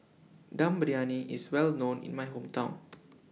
Dum Briyani IS Well known in My Hometown